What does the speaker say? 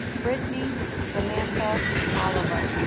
britney samantha oliva